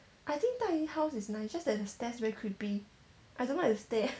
I think 大姨 house is nice just that the stairs very creepy I don't like the stairs